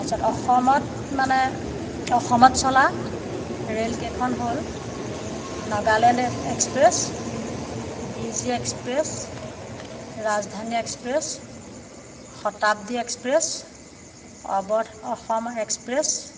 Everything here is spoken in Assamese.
তাৰপিছত অসমত মানে অসমত চলা ৰেলকেইখন হ'ল Nagaland express B G express Rajdhani express Shatabdi express Awadh Assam express